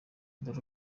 dore